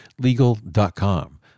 legal.com